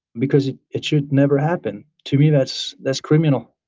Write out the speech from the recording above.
because it it should never happen to me that's that's criminal.